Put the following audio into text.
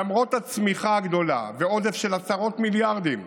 למרות הצמיחה הגדולה ועודף של עשרות מיליארדים,